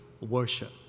worship